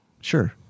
Sure